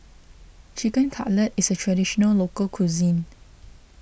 Chicken Cutlet is a Traditional Local Cuisine